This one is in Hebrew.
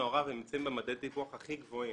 הרב נמצאים במדדי טיפוח הכי גבוהים.